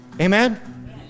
Amen